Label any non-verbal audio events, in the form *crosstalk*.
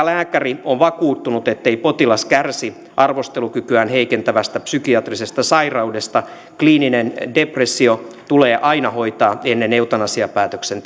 *unintelligible* lääkäri on vakuuttunut ettei potilas kärsi arvostelukykyään heikentävästä psykiatrisesta sairaudesta kliininen depressio tulee aina hoitaa ennen eutanasiapäätöksen *unintelligible*